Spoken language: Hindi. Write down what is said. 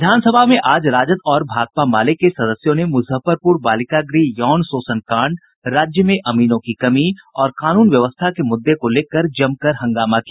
विधानसभा में आज राजद और भाकपा माले के सदस्यों ने मूजफ्फरपूर बालिका गृह यौन शोषण कांड राज्य में अमीनों की कमी और कानून व्यवस्था के मूद्दे को लेकर जमकर हंगामा किया